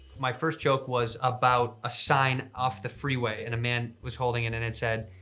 my first joke was about a sign off the freeway, and a man was holding it and it said,